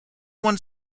one